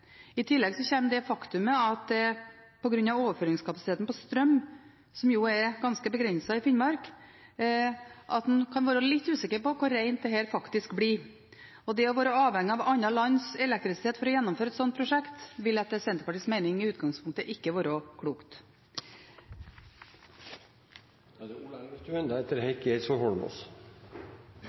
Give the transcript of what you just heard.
I tillegg kommer det faktum at på grunn av overføringskapasiteten på strøm, som er ganske begrenset i Finnmark, kan man være litt usikker på hvor rent dette faktisk blir. Det å være avhengig av andre lands elektrisitet for å gjennomføre et slikt prosjekt vil etter Senterpartiets mening i utgangspunktet ikke være klokt.